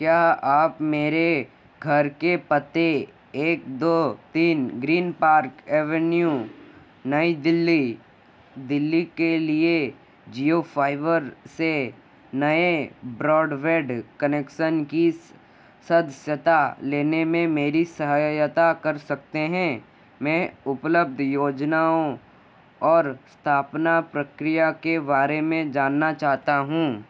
क्या आप मेरे घर के पते एक दो तीन Green Park Avenue New Delhi Delhi के लिए ज़ियोफ़ाइबर से नए ब्रॉडबैन्ड कनेक्शन की सदस्यता लेने में मेरी सहायता कर सकते हैं मैं उपलब्ध योजनाओं और स्थापना प्रक्रिया के बारे में जानना चाहता हूँ